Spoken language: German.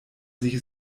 sich